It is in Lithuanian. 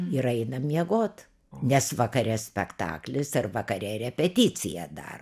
ir einam miegot nes vakare spektaklis ar vakare repeticija dar